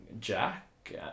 Jack